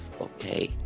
okay